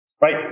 right